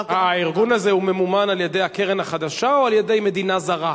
הארגון הזה הוא ממומן על-ידי הקרן החדשה או על-ידי מדינה זרה?